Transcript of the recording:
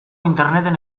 interneten